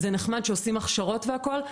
זה נחמד שעושים הכשרות והכול,